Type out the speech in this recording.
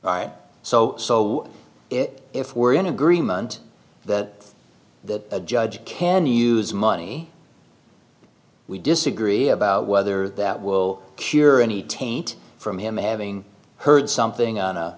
i so so it if we're in agreement that the judge can use money we disagree about whether that will cure any taint from him having heard something on a